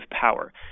power